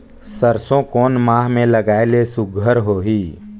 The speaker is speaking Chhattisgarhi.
सरसो कोन माह मे लगाय ले सुघ्घर होही?